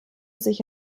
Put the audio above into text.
sich